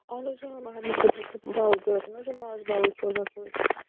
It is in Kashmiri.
اَہَن حظ ماہِرِنہِ خٲطرٕ چھُ باول ضوٚرَتھ چھِنہٕ حظ سُہ ماز باوَل سوزان سُوٕے